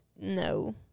no